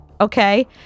Okay